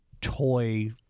toy